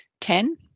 Ten